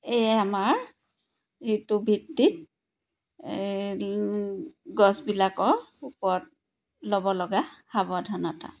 এইয়ে আমাৰ ঋতুভিত্তিক গছবিলাকৰ ওপৰত ল'ব লগা সাৱধানতা